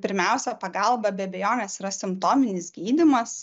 pirmiausia pagalba be abejonės yra simptominis gydymas